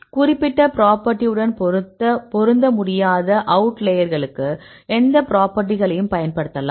குறிப்பிட்ட பிராப்பர்ட்டி உடன் பொருந்த முடியாத அவுட்லயர்களுக்கு எந்த பிராப்பர்ட்டிகளையும் பயன்படுத்தலாம்